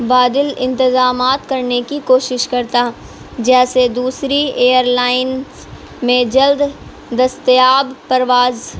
بادل انتظامات کرنے کی کوشش کرتا جیسے دوسری ایئر لائنس میں جلد دستیاب پرواز